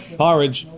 porridge